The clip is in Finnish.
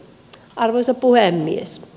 arvoisa puhemies